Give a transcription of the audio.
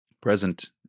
present